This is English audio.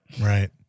Right